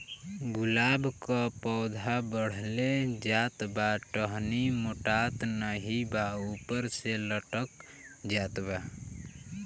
गुलाब क पौधा बढ़ले जात बा टहनी मोटात नाहीं बा ऊपर से लटक जात बा?